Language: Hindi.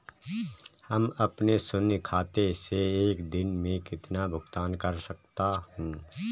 मैं अपने शून्य खाते से एक दिन में कितना भुगतान कर सकता हूँ?